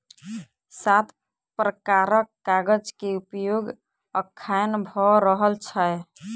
सात प्रकारक कागज के उपयोग अखैन भ रहल छै